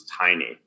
tiny